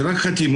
זה רק חתימות,